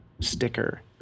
sticker